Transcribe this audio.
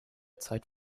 zeit